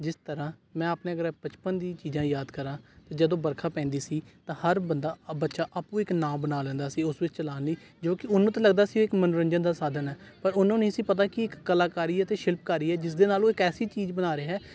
ਜਿਸ ਤਰ੍ਹਾਂ ਮੈਂ ਆਪਣੇ ਅਗਰ ਬਚਪਨ ਦੀ ਚੀਜ਼ਾਂ ਯਾਦ ਕਰਾਂ ਅਤੇ ਜਦੋਂ ਵਰਖਾ ਪੈਂਦੀ ਸੀ ਤਾਂ ਹਰ ਬੰਦਾ ਬੱਚਾ ਆਪੇ ਇੱਕ ਨਾਂਵ ਬਣਾ ਲੈਂਦਾ ਸੀ ਉਸ ਵਿੱਚ ਚਲਾਉਣ ਲਈ ਜੋ ਕਿ ਉਹਨੂੰ ਤਾਂ ਲੱਗਦਾ ਸੀ ਇੱਕ ਮਨੋਰੰਜਨ ਦਾ ਸਾਧਨ ਹੈ ਪਰ ਉਹਨੂੰ ਨਹੀਂ ਸੀ ਪਤਾ ਕਿ ਇੱਕ ਕਲਾਕਾਰੀ ਹੈ ਅਤੇ ਸ਼ਿਲਪਕਾਰੀ ਹੈ ਜਿਸ ਦੇ ਨਾਲ ਉਹ ਇੱਕ ਐਸੀ ਚੀਜ਼ ਬਣਾ ਰਿਹਾ